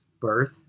birth